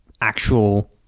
actual